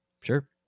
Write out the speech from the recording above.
Sure